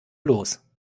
los